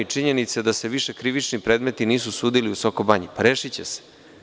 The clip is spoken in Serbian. Činjenice su da se više krivični predmeti nisu sudili u Soko Banji - rešiće se.